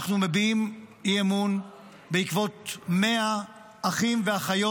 אנחנו מביעים אי-אמון בעקבות 100 אחים ואחיות